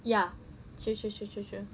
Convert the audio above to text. ya true true true true true